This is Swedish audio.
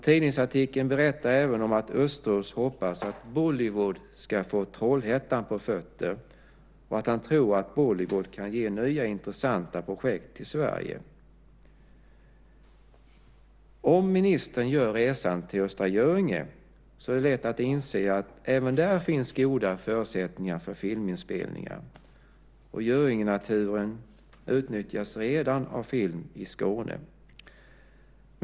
Tidningsartikeln berättar även att Östros hoppas att Bollywood ska få Trollhättan på fötter och att han tror att Bollywood kan ge nya intressanta projekt till Sverige. Om ministern gör resan till Östra Göinge kommer han att inse att även där finns goda förutsättningar för filminspelningar. Göingenaturen utnyttjas redan av Film i Skåne.